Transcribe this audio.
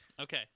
Okay